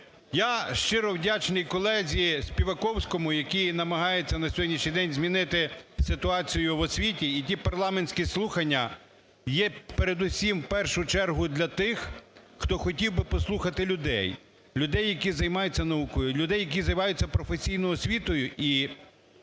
Я щиро вдячний колезі Співаковському, який намагається на сьогоднішній день змінити ситуацію в освіті і ті парламентські слухання є передусім, в першу чергу для тих, хто хотів би послухати людей, людей, які займаються наукою, людей, які займаються професійною освітою